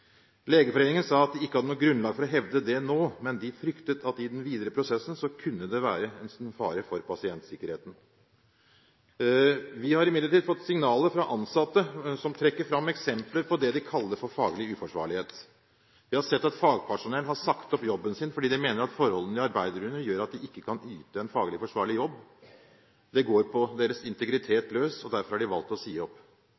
Legeforeningen sa at de ikke hadde noe grunnlag for å hevde det nå, men de fryktet at i den videre prosessen kunne det være en fare for pasientsikkerheten. Vi har imidlertid fått signaler fra ansatte som trekker fram eksempler på det de kaller faglig uforsvarlighet. Vi har sett at fagpersonell har sagt opp jobben sin fordi de mener at forholdene de arbeider under, gjør at de ikke kan gjøre en faglig forsvarlig jobb. Det går på deres